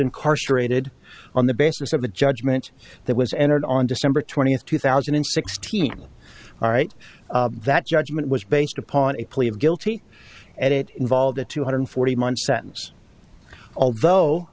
incarcerated on the basis of a judgment that was entered on december twentieth two thousand and sixteen all right that judgment was based upon a plea of guilty and it involved a two hundred forty month sentence although